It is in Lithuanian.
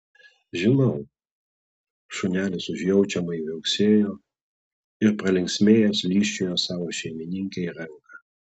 žinau šunelis užjaučiamai viauksėjo ir pralinksmėjęs lyžčiojo savo šeimininkei ranką